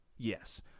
Yes